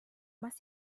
más